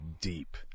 deep